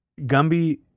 Gumby